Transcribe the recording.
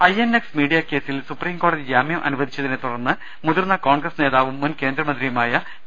INX media കേസിൽ supreme കോട്ടതി ജാമൃം അനു വദിച്ചതിനെ തുടർന്ന് മുതിർന്ന കോൺഗ്രസ് നേതാവും മുൻ കേന്ദ്ര മന്ത്രിയുമായിരുന്നു പി